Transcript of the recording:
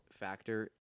Factor